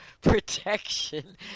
protection